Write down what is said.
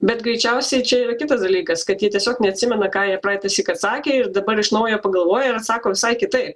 bet greičiausiai čia yra kitas dalykas kad jie tiesiog neatsimena ką jie praeitąsyk sakė ir dabar iš naujo pagalvoja ir atsako visai kitai